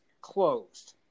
closed